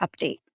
update